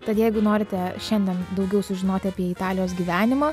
tad jeigu norite šiandien daugiau sužinoti apie italijos gyvenimą